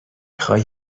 میخوای